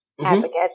advocates